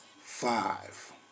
five